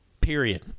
Period